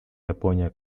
япония